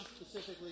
specifically